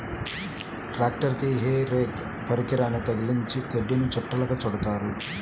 ట్రాక్టరుకి hay rake పరికరాన్ని తగిలించి గడ్డిని చుట్టలుగా చుడుతారు